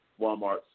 Walmart